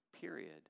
period